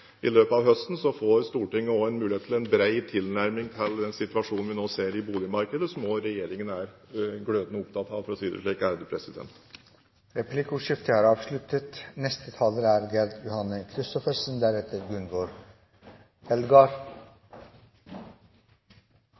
i løpet av høsten får Stortinget også en mulighet til en bred tilnærming til den situasjonen vi nå ser i boligmarkedet, som også regjeringen er glødende opptatt av, for å si det slik. Replikkordskiftet er dermed avsluttet. Et godt forbrukervern er